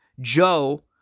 Joe